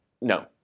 no